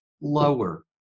lower